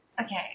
Okay